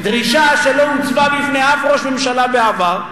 דרישה שלא הוצבה בפני אף ראש ממשלה בעבר,